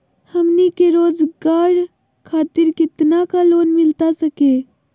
हमनी के रोगजागर खातिर कितना का लोन मिलता सके?